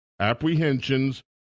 apprehensions